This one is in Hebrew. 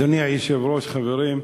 אדוני היושב-ראש, חברים,